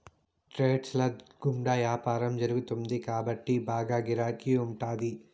trades ల గుండా యాపారం జరుగుతుంది కాబట్టి బాగా గిరాకీ ఉంటాది